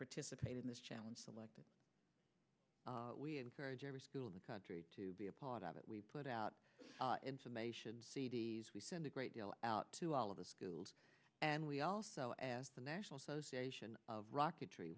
participate in this challenge selected we encourage every school in the country to be a part of it we put out information c d s we send a great deal out to all of the schools and we also asked the national association of rocket